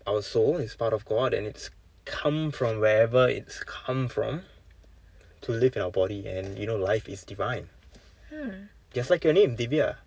our soul is part of god and it's come from wherever it's come from to live in our body and you know life is divine just like your name diviya